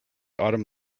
autumn